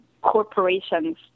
corporations